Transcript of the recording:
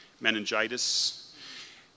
meningitis